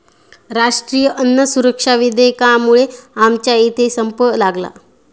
राष्ट्रीय अन्न सुरक्षा विधेयकामुळे आमच्या इथे संप लागला